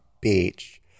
beach